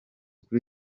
kuri